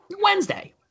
Wednesday